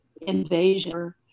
invasion